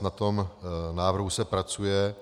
Na tom návrhu se pracuje.